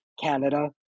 canada